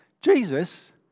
Jesus